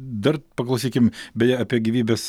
dar paklausykim beje apie gyvybės